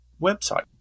website